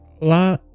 La